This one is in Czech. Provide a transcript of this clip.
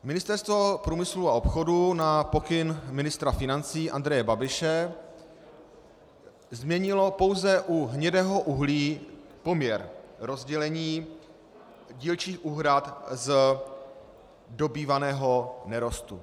Ministerstvo průmyslu a obchodu na pokyn ministra financí Andreje Babiše změnilo pouze u hnědého uhlí poměr rozdělení dílčích úhrad z dobývaného nerostu.